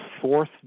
fourth